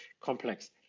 complex